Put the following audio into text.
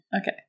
Okay